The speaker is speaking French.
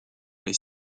les